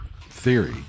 theory